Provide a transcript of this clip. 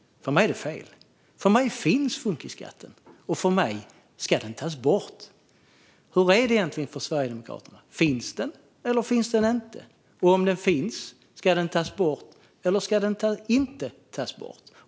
För mig är det fel. För mig finns funkisskatten, och enligt mig ska den tas bort. Hur är det egentligen för Sverigedemokraterna? Finns den, eller finns den inte? Och om den finns, ska den tas bort eller ska den inte tas bort?